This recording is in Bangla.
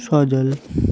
সজল